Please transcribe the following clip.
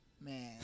Man